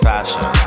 Fashion